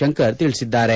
ಶಂಕರ್ ತಿಳಿಸಿದ್ದಾರೆ